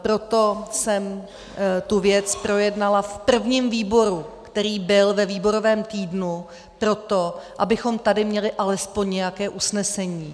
Proto jsem tu věc projednala v prvním výboru, který byl ve výborovém týdnu, abychom tady měli alespoň nějaké usnesení.